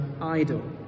idle